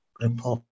report